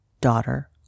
daughter